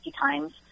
times